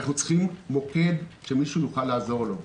אנחנו צריכים מוקד, שמישהו יוכל לעזור לו.